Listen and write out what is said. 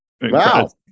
Wow